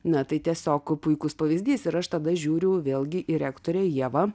na tai tiesiog puikus pavyzdys ir aš tada žiūriu vėlgi į rektorę ievą